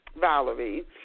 Valerie